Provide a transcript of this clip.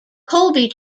colby